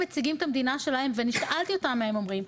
מציגים את המדינה שלהם ואני שאלתי אותם מה הם אומרים,